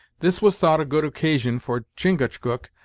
this was thought a good occasion for chingachgook,